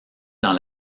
dans